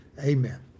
Amen